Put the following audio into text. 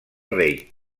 rei